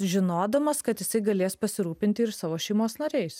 žinodamas kad jisai galės pasirūpinti ir savo šeimos nariais